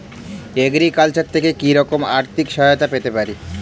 Agriculture থেকে কি রকম আর্থিক সহায়তা পেতে পারি?